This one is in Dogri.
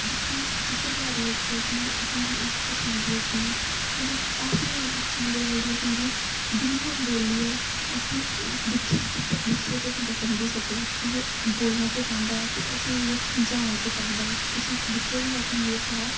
जेह्की चित्रकारी इक्क ऐ की जेह्की असेंगी की ऐसी चीड़ ऐ जेह्ड़ी कि बिना बोल्लियै ते दिक्खियै गै बंदा समझी सकै कि एह् बोलना केह् चांहदा ते असेंगी एह् समझाना केह् चांहदा ते उसी दिक्खियै गै असेंगी एह् सारा